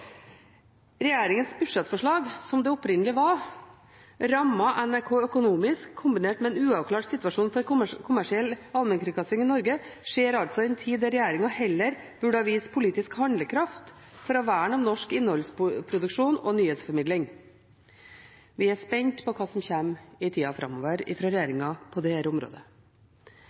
opprinnelig var, rammer NRK økonomisk, kombinert med en uavklart situasjon for kommersiell allmennkringkasting i Norge, og skjer altså i en tid da regjeringen heller burde ha vist politisk handlekraft ved å verne om norsk innholdsproduksjon og nyhetsformidling. Vi er spent på hva som i tida framover kommer fra regjeringen på dette området.